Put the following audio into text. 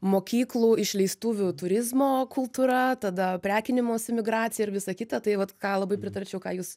mokyklų išleistuvių turizmo kultūra tada prekinimosi emigracija ir visa kita tai vat ką labai pritarčiau ką jūs